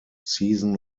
season